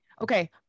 Okay